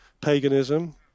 paganism